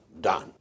done